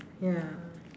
ya